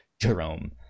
jerome